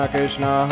Krishna